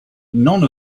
none